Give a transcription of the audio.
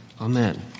Amen